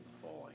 falling